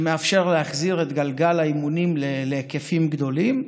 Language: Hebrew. שמאפשר להחזיר את גלגל האימונים להיקפים גדולים.